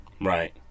Right